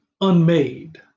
unmade